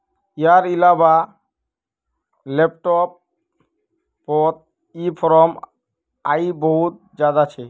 यार इलाबा लैपटॉप पोत ई ऍम आई बहुत ज्यादा छे